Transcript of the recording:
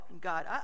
God